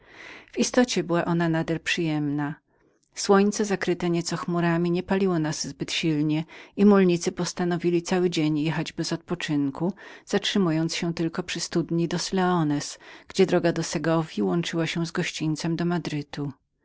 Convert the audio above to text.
w istocie była ona nader przyjemną słońce zakryte nieco chmurami nie paliło nas nadzwyczajnie i mulnicy postanowili cały dzień jechać bez odpoczynku zatrzymując się tylko przy studni leones gdzie droga do segowji łączyła się z gościńcem do madrytu